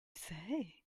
say